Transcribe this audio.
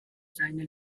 seine